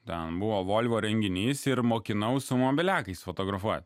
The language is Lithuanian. ten buvo volvo renginys ir mokinau su mobiliakais fotografuoti